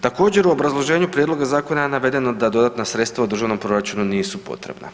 Također, u obrazloženju prijedloga zakona navedeno da dodatna sredstva u državnom proračunu nisu potrebna.